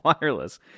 wireless